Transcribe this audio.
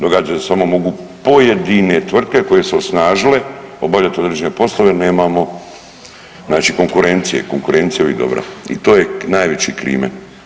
Događa se da samo mogu pojedine tvrtke koje su osnažile obavljati određene poslove, nemamo znači konkurencije, konkurencija je uvijek dobra i to je najveći krimen.